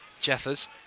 Jeffers